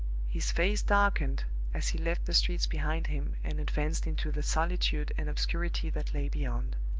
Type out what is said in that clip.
his face darkened as he left the streets behind him and advanced into the solitude and obscurity that lay beyond.